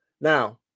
Now